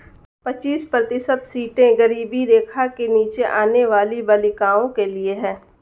पच्चीस प्रतिशत सीटें गरीबी रेखा के नीचे आने वाली बालिकाओं के लिए है